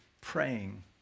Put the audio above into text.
praying